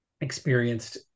experienced